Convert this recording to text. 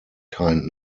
kind